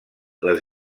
les